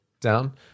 down